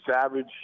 Savage